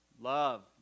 Love